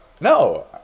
No